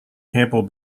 campbell